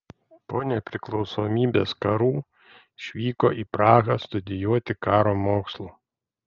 po nepriklausomybės karų išvyko į prahą studijuoti karo mokslų